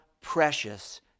precious